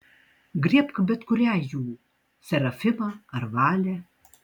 griebk bet kurią jų serafimą ar valę